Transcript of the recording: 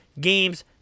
games